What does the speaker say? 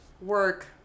work